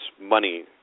money